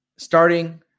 Starting